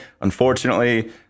Unfortunately